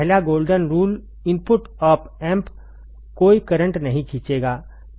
पहला golden rule input op -amp कोई current नहीं खींचेगा